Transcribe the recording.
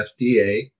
FDA